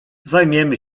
zajmiemy